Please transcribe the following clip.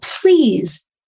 please